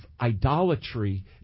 idolatry